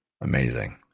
Amazing